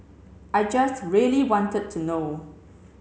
I just really wanted to know